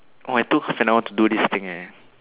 oh I took half an hour to do this thing eh